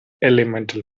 elemental